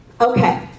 Okay